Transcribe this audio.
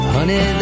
Honey